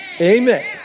Amen